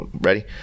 ready